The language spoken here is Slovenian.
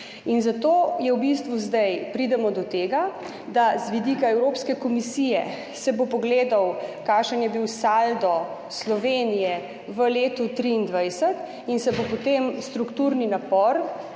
zato v bistvu zdaj pridemo do tega, da se bo z vidika Evropske komisije pogledalo, kakšen je bil saldo Slovenije v letu 2023 in se bo potem strukturni napor